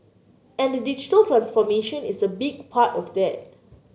and the digital transformation is a big part of that